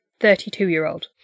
32-year-old